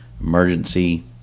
emergency